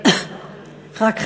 רק חלק.